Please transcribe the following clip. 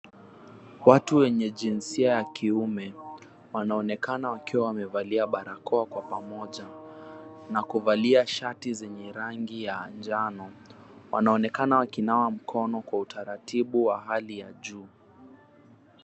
Watu wenye jinsia ya kiume wanaonekana wakiwa wamevalia barakoa kwenye pamoja na kuvalia shati zenye rangi ya njano. Wanaonekana wakinawa mkono kwenye utaratibu wa hali ya juu.